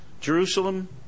Jerusalem